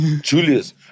Julius